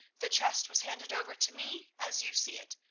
the chest was handed over to me as you see it,